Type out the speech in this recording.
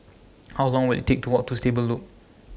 How Long Will IT Take to Walk to Stable Loop